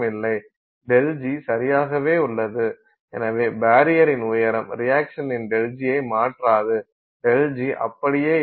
ΔG சரியாகவே உள்ளது எனவே பரியரின் உயரம் ரியாக்சனின் ΔG ஐ மாற்றாது ΔG அப்படியே இருக்கும்